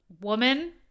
woman